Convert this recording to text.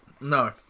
No